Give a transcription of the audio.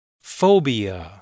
Phobia